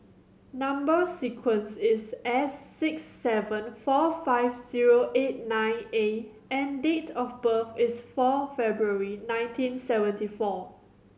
number sequence is S six seven four five zero eight nine A and date of birth is four February nineteen seventy four